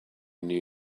knew